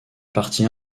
partie